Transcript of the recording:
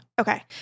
Okay